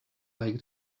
like